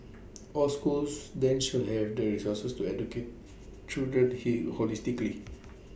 all schools then should have the resources to educate children he holistically